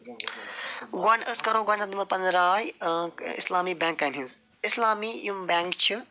گوٚو أسۍ کَرو گۄڈٕنٮ۪تھ دِمو پنٕنۍ رائے اِسلامی بینٛکن ہٕنٛز اِسلامی یِم بینٛک چھِ